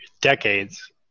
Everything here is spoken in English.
decades